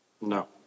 No